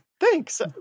thanks